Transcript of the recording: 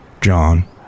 John